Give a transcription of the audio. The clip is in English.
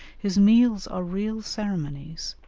his meals are real ceremonies,